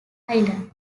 island